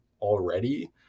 already